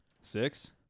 six